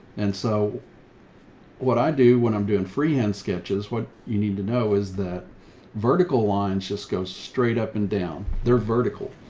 and so what i do when i'm doing free hand sketches, what you need to know is that vertical lines just go straight up and down. they're vertical,